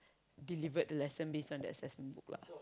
delivered the lesson based on that assessment book lah